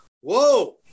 whoa